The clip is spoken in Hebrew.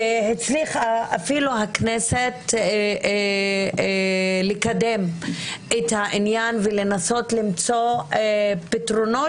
והצליחה אפילו הכנסת לקדם את העניין ולנסות למצוא פתרונות